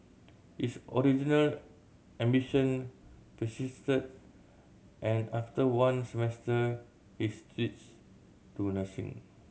his original ambition persisted and after one semester he switched to nursing